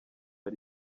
ari